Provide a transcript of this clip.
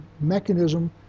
mechanism